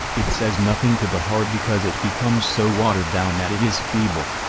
it says nothing to the heart because it becomes so watered down that it is feeble.